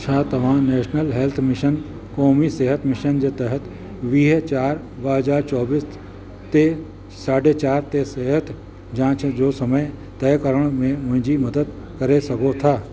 छा तव्हां national health mission क़ौमी सिहत मिशन जे तहत वीह चारि ब हज़ार चोवीह ते साढे चारि ते सिहत जांच जो समय तय करण में मुंहिंजी मदद करे सघो था